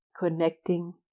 Connecting